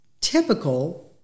typical